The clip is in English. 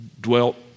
dwelt